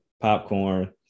popcorn